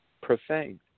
Profane